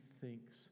thinks